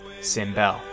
Simbel